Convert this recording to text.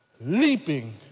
leaping